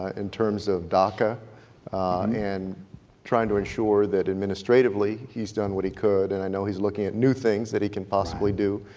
ah in terms of doca and trying to ensure that administratively he's done what he could and i know he's looking at new things that he could possibly do.